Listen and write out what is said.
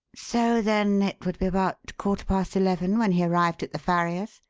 so then it would be about quarter-past eleven when he arrived at the farrier's?